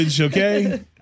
okay